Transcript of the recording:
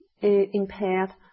impaired